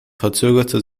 verzögerte